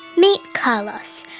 meet carlos.